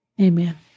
Amen